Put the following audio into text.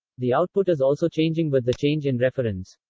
the output is also changing with the change in reference.